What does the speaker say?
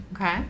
Okay